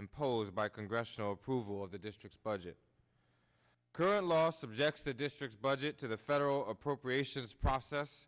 imposed by congressional approval of the district's budget current law subjects the district's budget to the federal appropriations assess